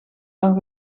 dan